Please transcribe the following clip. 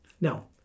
Now